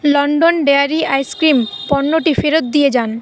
London dairy ice cream পণ্যটি ফেরত দিয়ে যান